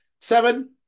Seven